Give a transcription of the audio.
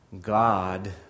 God